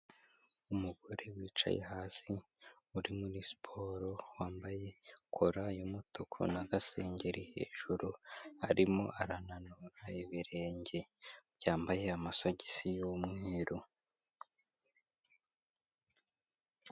Umugore wicaye hasi, uri muri siporo, wambaye kora y'umutuku n'agasengeri hejuru, arimo arananura ibirenge, byambaye amasogisi y'umweru.